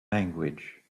language